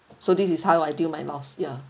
so this is how I deal my loss ya